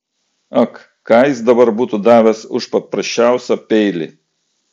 ak ką jis dabar būtų davęs už paprasčiausią peilį